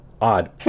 odd